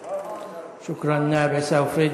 שוכראן, נאאב עיסאווי פריג'.